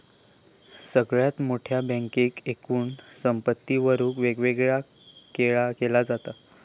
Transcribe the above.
सगळ्यात मोठ्या बँकेक एकूण संपत्तीवरून वेगवेगळा केला जाता